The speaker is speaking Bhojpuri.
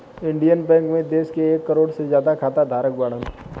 इण्डिअन बैंक मे देश के एक करोड़ से ज्यादा खाता धारक बाड़न